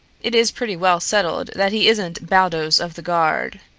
it is pretty well settled that he isn't baldos of the guard.